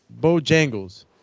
Bojangles